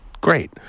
great